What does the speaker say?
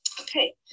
okay